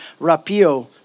rapio